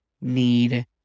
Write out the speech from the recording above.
need